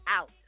out